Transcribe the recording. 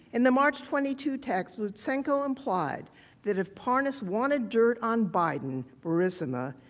and the march twenty two text, lutsenko applied that if parnas wanted dirt on biden, burisma,